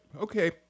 Okay